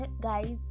guys